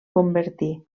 convertir